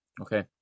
Okay